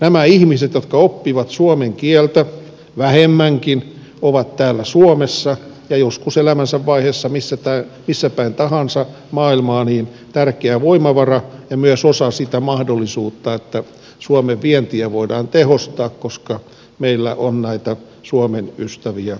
nämä ihmiset jotka oppivat suomen kieltä vähemmänkin ovat täällä suomessa ja joskus elämänsä vaiheessa missä päin tahansa maailmaa tärkeä voimavara ja myös osa sitä mahdollisuutta että suomen vientiä voidaan tehostaa koska meillä on näitä suomen ystäviä ympäri maailmaa